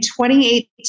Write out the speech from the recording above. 2018